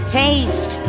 taste